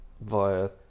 via